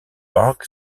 park